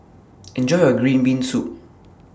Enjoy your Green Bean Soup